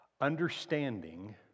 understanding